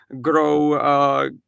grow